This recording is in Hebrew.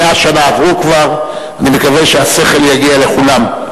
מאה שנה עברו כבר, אני מקווה שהשכל יגיע לכולם.